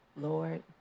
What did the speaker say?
Lord